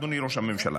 אדוני ראש הממשלה,